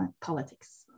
politics